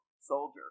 soldier